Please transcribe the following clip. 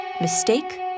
mistake